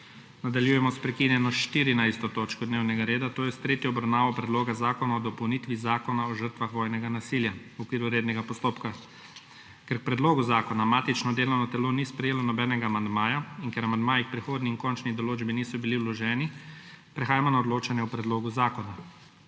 **Nadaljujemo s prekinjeno 14. točko dnevnega reda, to je s tretjo obravnavo Predloga zakona o dopolnitvi Zakona o žrtvah vojnega nasilja v okviru rednega postopka.** Ker k predlogu zakona matično delovno telo ni sprejelo nobenega amandmaja in ker amandmaji k prehodni in končni določbi niso bili vloženi, prehajamo na odločanje o predlogu zakona.